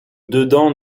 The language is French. dedans